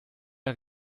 der